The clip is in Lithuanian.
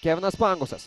kevinas pangosas